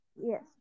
Yes